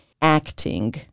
acting